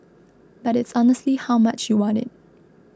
but it's honestly how much you want it